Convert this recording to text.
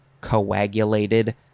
coagulated